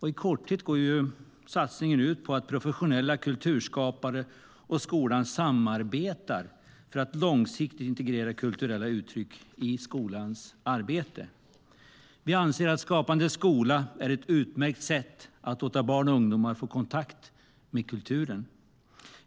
I korthet går satsningen ut på att professionella kulturskapare och skolan samarbetar för att långsiktigt integrera kulturella uttryck i skolans arbete. Vi anser att Skapande skola är ett utmärkt sätt att låta barn och ungdomar få kontakt med kulturen.